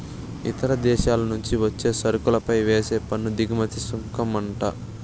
ఇతర దేశాల నుంచి వచ్చే సరుకులపై వేసే పన్ను దిగుమతి సుంకమంట